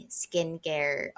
skincare